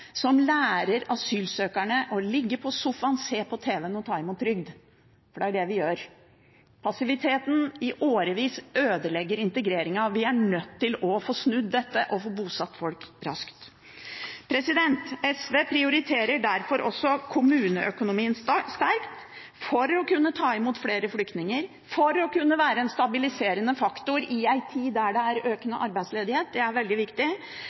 lærer asylsøkerne å ligge på sofaen, se på TV og ta imot trygd. Det er det vi gjør. Passivitet i årevis ødelegger integreringen. Vi er nødt til å få snudd dette og få bosatt folk raskt. SV prioriterer derfor også kommuneøkonomien sterkt for å kunne ta imot flere flyktninger, for å kunne være en stabiliserende faktor i en tid da det er økende arbeidsledighet – det er veldig viktig